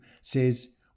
says